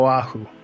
Oahu